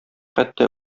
хәтта